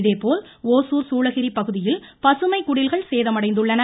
இதேபோல் ஓசூர் சூளகிரி பகுதியில் பசுமைக் குடில்கள் சேதமடைந்துள்ளன